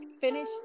finish